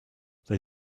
they